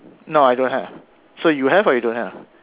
no I don't have so you have or you don't have